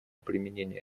применение